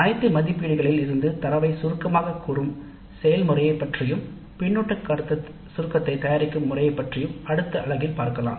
அனைத்து மதிப்பீடுகளில் இருந்து தரவைச் சுருக்கமாகக் கூறும் செயல்முறையை பற்றியும் பின்னூட்ட சுருக்கத்தை தயாரிக்கும் முறையைப் பற்றியும் அடுத்த வகுப்பில் பார்க்கலாம்